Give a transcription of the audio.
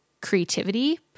creativity